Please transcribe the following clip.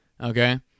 Okay